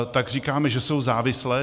Tak říkáme, že jsou závislé?